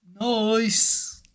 Nice